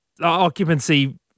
occupancy